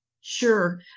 sure